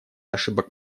ошибок